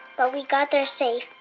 but we got there safe.